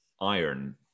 iron